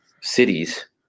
cities